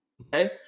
okay